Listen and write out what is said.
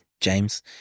James